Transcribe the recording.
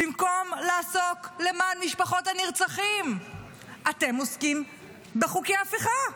במקום לעסוק למען משפחות נרצחים אתם עסוקים בחוקי הפיכה,